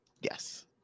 Yes